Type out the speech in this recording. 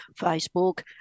Facebook